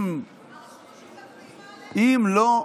אם לא,